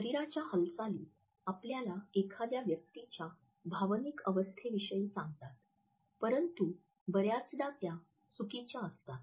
शरीराच्या हालचाली आपल्याला एखाद्या व्यक्तीच्या भावनिक अवस्थेविषयी सांगतात परंतु बर्याचदा त्या चुकीच्या असतात